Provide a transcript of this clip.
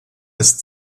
ist